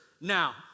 now